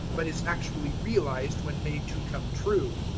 but is actually realized when made to come true.